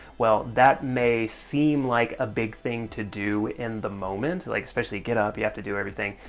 well, that may seem like a big thing to do in the moment, like especially get up. you have to do everything.